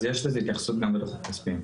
אז יש לזה התייחסות גם בדוחות הכספיים.